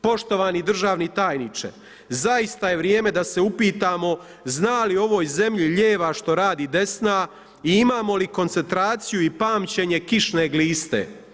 Poštovani državni tajniče, zaista je vrijeme da se upitamo zna li u ovoj zemlji lijeva što radi desna i imamo li koncentraciju i pamćenje kišne gliste.